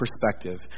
perspective